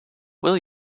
will